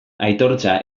aitortza